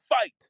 fight